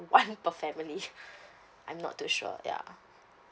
one per family I'm not too sure ya